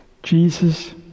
Jesus